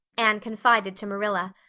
anne confided to marilla.